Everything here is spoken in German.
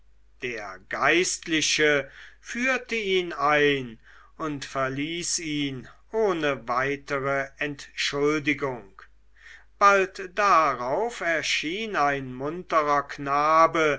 der geistliche führte ihn ein und verließ ihn ohne weitere entschuldigung bald darauf erschien ein munterer knabe